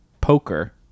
poker